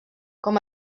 com